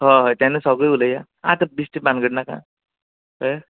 हय तेन्ना सगळें उलोवया आतां बिश्टी भानगड नाका